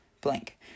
blank